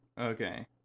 okay